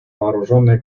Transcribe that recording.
вооруженные